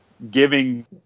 giving